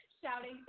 shouting